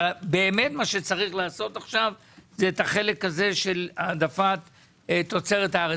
אבל מה שצריך לעשות עכשיו זה את החלק של העדפת תוצרת הארץ.